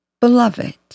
Beloved